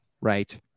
right